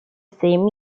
same